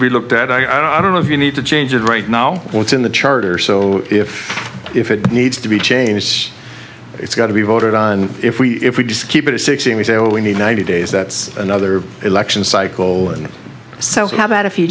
be looked at i don't know if you need to change it right now what's in the charter so if if it needs to be changed it's got to be voted on if we if we just keep it sixteen we say oh we need ninety days that's another election cycle so how about if